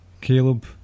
Caleb